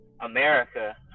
America